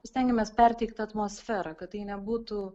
stengiamės perteikt atmosferą kad tai nebūtų